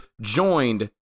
joined